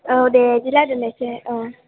औ दे बिदिब्ला दोननोसै औ